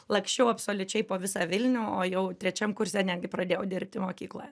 laksčiau absoliučiai po visą vilnių o jau trečiam kurse netgi pradėjau dirbti mokykloje